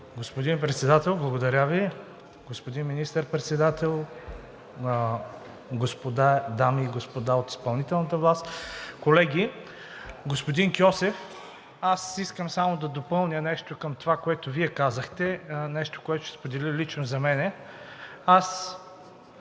Господин Председател, благодаря Ви. Господин Министър-председател, дами и господа от изпълнителната власт, колеги! Господин Кьосев, аз искам само да допълня нещо към това, което Вие казахте, нещо, което ще споделя лично за мен. Аз